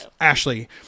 Ashley